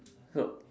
so